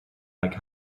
like